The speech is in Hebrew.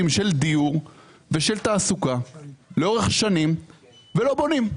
של דיור ושל תעסוקה לאורך שנים ולא בונים.